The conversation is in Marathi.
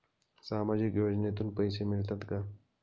सामाजिक योजनेतून पैसे मिळतात का?